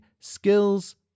Skills